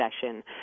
session